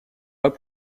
pas